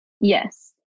Yes